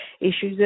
issues